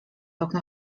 okno